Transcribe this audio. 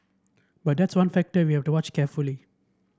but that's one factor we have to watch carefully